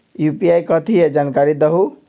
UPI कथी है? जानकारी दहु